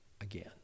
again